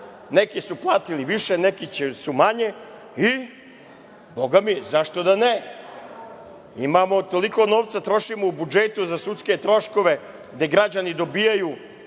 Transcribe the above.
neki su platili više, neki manje i boga mi, zašto da ne, imamo toliko novca, trošimo u budžetu za sudske troškove gde građani dobijaju